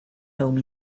home